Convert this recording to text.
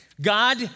God